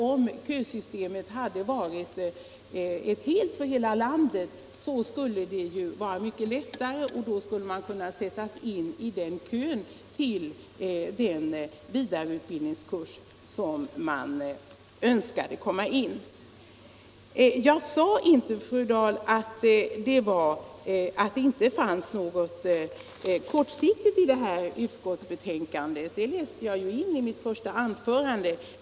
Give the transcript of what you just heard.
Om kösystemet hade varit infört för hela landet skulle man kunna sättas in i kön till den vidareutbildningskurs som man önskar. Jag sade inte, fru Dahl, att det inte fanns något kortsiktigt i utskottsbetänkandet — det läste jag in i mitt första anförande.